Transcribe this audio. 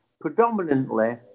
Predominantly